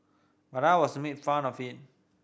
but I was made fun of it